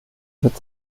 wird